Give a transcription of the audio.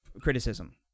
criticism